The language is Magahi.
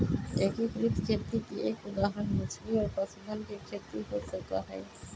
एकीकृत खेती के एक उदाहरण मछली और पशुधन के खेती हो सका हई